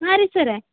ಹಾಂ ರೀ ಸರ್ರ